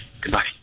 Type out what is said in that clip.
Goodbye